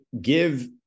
give